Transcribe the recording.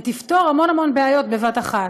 ותפתור המון המון בעיות בבת אחת.